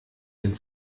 ein